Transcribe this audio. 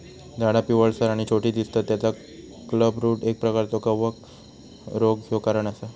झाडा पिवळसर आणि छोटी दिसतत तेचा क्लबरूट एक प्रकारचो कवक रोग ह्यो कारण असा